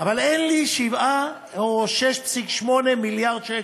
אבל אין לי 7 או 6.8 מיליארד שקל.